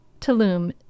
Tulum